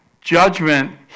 judgment